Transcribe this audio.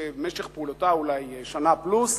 שמשך פעולתה אולי שנה פלוס,